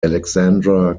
alexandra